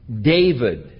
David